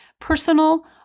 personal